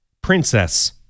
Princess